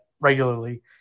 regularly